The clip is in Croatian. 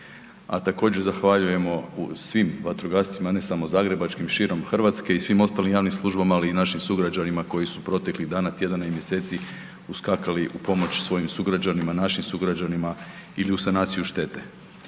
A također zahvaljujemo svim vatrogascima, ne samo zagrebačkim, širom RH i svim ostalim javnim službama, ali i našim sugrađanima koji su proteklih dana, tjedana i mjeseci uskakali u pomoć svojim sugrađanima, našim sugrađanima ili u sanaciju štete.